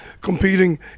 competing